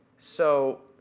so,